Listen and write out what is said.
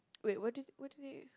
wait what did what did they